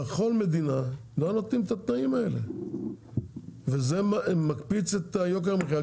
בכל מדינה לא נותנים את התנאים האלה וזה מקפיץ את יוקר המחיה,